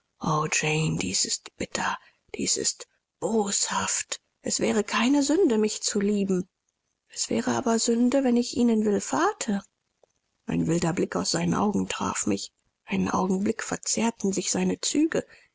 dies ist bitter dies ist boshaft es wäre keine sünde mich zu lieben es wäre aber sünde wenn ich ihnen willfahrte ein wilder blick aus seinen augen traf mich einen augenblick verzerrten sich seine züge